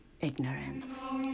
ignorance